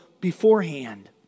beforehand